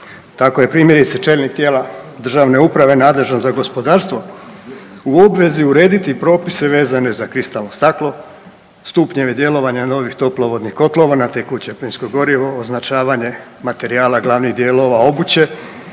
Tako je primjerice čelnik tijela državne uprave nadležan za gospodarstvo u obvezi urediti propise vezane za kristalno staklo, stupnjeve djelovanja novih toplo vodnih kotlova na tekuće, plinsko gorivo, označavanje materijala glavnih dijelova obuće,